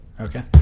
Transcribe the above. Okay